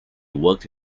worked